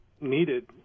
needed